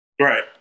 Right